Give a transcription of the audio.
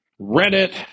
reddit